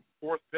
fourth